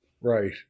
Right